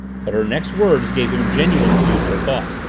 but her next words gave him genuine food for thought.